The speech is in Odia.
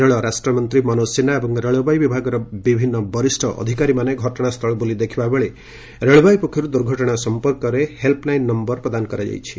ରେଳରାଷ୍ଟ୍ରମନ୍ତ୍ରୀ ମନୋଜ ସିହ୍ନା ଏବଂ ରେଳବାଇ ବିଭାଗର ବିଭିନ୍ନ ବରିଷ୍ଣ ଅଧିକାରୀମାନେ ଘଟଣାସ୍ଥଳ ବୁଲି ଦେଖିଥିବା ବେଳେ ରେଳବାଇ ପକ୍ଷରୁ ଦୁର୍ଘଟଣା ସଂପର୍କରେ ହେଲ୍ପ୍ ଲାଇନ୍ ନୟର ପ୍ରଦାନ କରାଯାଇଛି